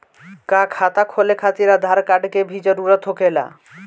का खाता खोले खातिर आधार कार्ड के भी जरूरत होखेला?